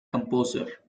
composer